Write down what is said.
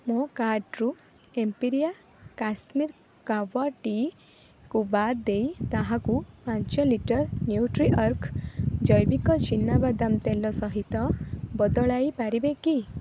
ମୋ କାର୍ଟ୍ରୁ ଏମ୍ପିରିଆ କାଶ୍ମିରୀ କାୱା ଟିକୁ ବାଦ ଦେଇ ତାହାକୁ ପାଞ୍ଚ ଲି ନ୍ୟୁଟ୍ରିଅର୍ଗ ଜୈବିକ ଚୀନାବାଦାମ ତେଲ ସହିତ ବଦଳାଇ ପାରିବେ କି